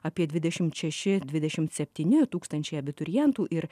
apie dvidešimt šeši dvidešimt septyni tūkstančiai abiturientų ir